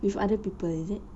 with other people is it